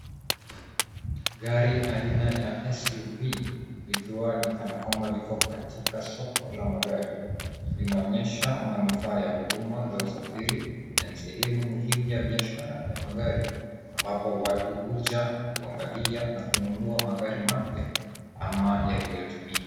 Gari aina ya SUV likiwa ni kana kwamba liko katika soko la magari .Linaonyesha manufaa ya huduma za usafiri na sehemu muhimu ya biashara ya magari ambapo watu huja kuangalia na kununua magari mapya ama yaliyotumika.